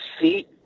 seat